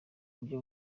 buryo